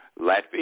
Latvia